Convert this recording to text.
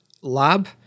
lab